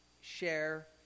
share